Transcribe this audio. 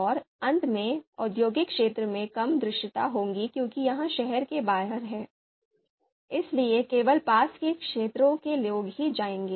और अंत में औद्योगिक क्षेत्र में कम दृश्यता होगी क्योंकि यह शहर के बाहर है इसलिए केवल पास के क्षेत्रों के लोग ही जाएंगे